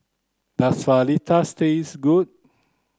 does Fajitas taste good